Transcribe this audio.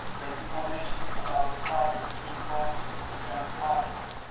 the information about the project's informed consent process.